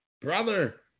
Brother